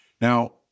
Now